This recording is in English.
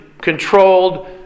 controlled